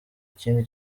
ikindi